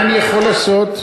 מה אני יכול לעשות?